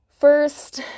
First